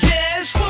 Yes